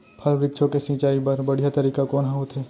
फल, वृक्षों के सिंचाई बर बढ़िया तरीका कोन ह होथे?